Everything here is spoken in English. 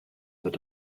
that